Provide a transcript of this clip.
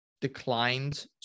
declined